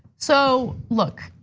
so look,